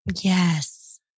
Yes